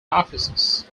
offices